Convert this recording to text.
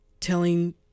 Telling